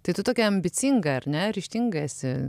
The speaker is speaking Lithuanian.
tai tu tokia ambicinga ar ne ryžtinga esi